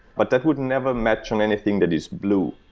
but that would never match on anything that is blue.